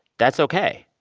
that's ok,